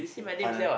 okay final